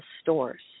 stores